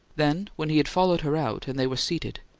then, when he had followed her out, and they were seated,